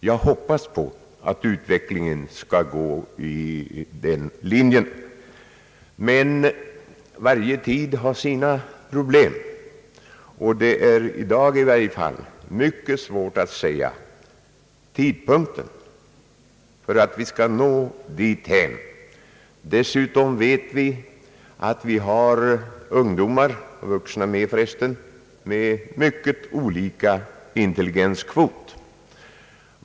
Jag hoppas på att utvecklingen skall gå i den riktningen. Men varje tid har sina problem och det är, i dag i varje fall, mycket svårt att säga tidpunkten när vi skall nå dithän. Dessutom vet vi att vi har ungdomar — vuxna med för resten — med mycket olika intelligenskvot.